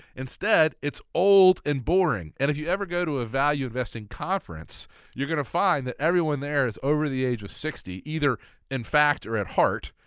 instead it's old and boring, and if you ever go to a value investing conference you're gonna find that everyone there is over the age of sixty either in fact or at heart,